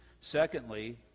Secondly